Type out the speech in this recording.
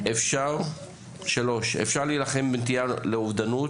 אפשר להילחם בנטייה לאובדנות.